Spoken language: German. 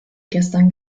gestern